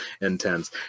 intense